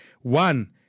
One